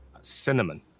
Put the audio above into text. cinnamon